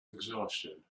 exhaustion